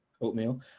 oatmeal